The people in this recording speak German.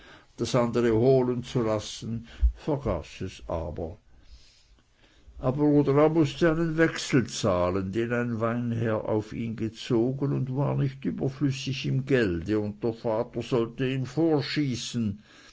das andere holen zu lassen vergaß es aber oder er mußte einen wechsel zahlen den ein weinherr auf ihn gezogen und war nicht überflüssig im gelde und der vater sollte ihm vorschießen